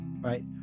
Right